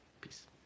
peace